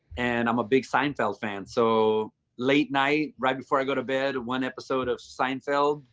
and i'm a big seinfeld fan. so late night right before i go to bed, one episode of seinfeld,